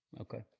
Okay